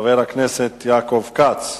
של חבר הכנסת יעקב כץ: